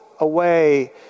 away